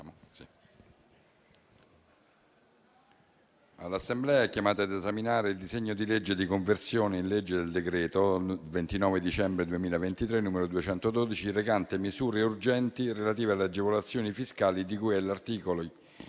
l'Assemblea è chiamata a esaminare il disegno di legge di conversione in legge del decreto-legge 29 dicembre 2023, n. 212, recante misure urgenti relative alle agevolazioni fiscali di cui agli articoli